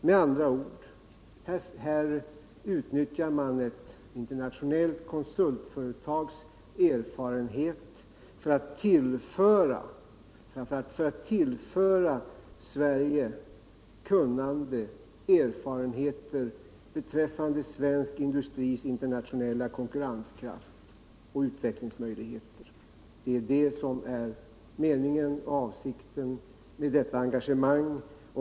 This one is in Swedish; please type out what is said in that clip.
Här utnyttjas med andra ord ett internationellt konsultföretag för att framför allt tillföra Sverige kunnande och erfarenheter beträffande svensk industris internationella konkurrenskraft och utvecklingsmöjligheter. Det är avsikten med detta engagemang.